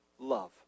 Love